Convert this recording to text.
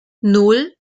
nan